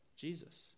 Jesus